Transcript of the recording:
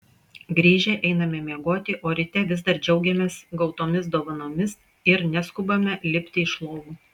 grįžę einame miegoti o ryte vis dar džiaugiamės gautomis dovanomis ir neskubame lipti iš lovų